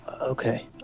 Okay